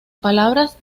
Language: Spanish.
palabras